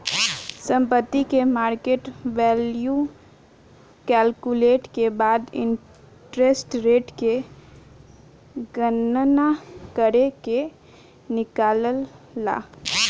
संपत्ति के market value calculate के बाद इंटरेस्ट रेट के गणना करके निकालाला